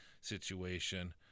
situation